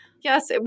Yes